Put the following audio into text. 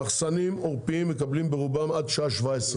מחסנים עורפיים מקבלים ברובם עד שעה 17:00,